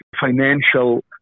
financial